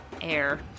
air